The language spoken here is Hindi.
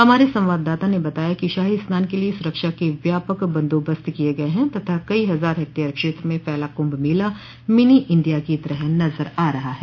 हमारे संवाददाता ने बताया कि शाही स्नान के लिये सुरक्षा के व्यापक बंदोबस्त किये गये हैं तथा कई हजार हेक्टेयर क्षेत्र में फैला कुंभ मेला मिनी इंडिया की तरह नजर आ रहा है